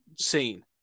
seen